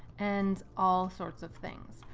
and all sorts of things.